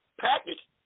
package